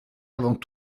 avant